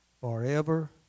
forever